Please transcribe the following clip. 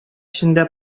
эчендә